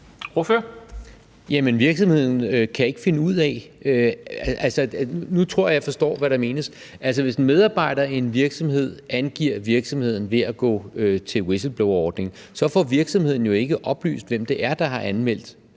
Ordføreren. Kl. 20:16 Jan E. Jørgensen (V): Nu tror jeg, jeg forstår, hvad der menes med det. Altså, hvis en medarbejder i en virksomhed angiver virksomheden ved at gå til whistleblowerordningen, får virksomheden ikke oplyst, hvem det er, der har anmeldt